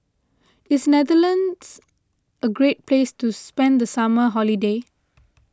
is Netherlands a great place to spend the summer holiday